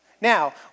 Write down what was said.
Now